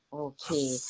Okay